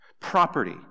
Property